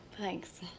thanks